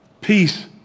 peace